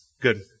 Good